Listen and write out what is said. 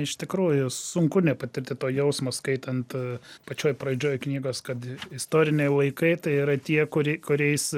iš tikrųjų sunku nepatirti to jausmo skaitant pačioj pradžioj knygos kad istoriniai laikai tai yra tie kurie kuriais